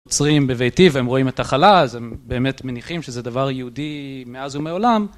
עוצרים בביתי והם רואים את החלה, אז הם באמת מניחים שזה דבר יהודי מאז ומעולם.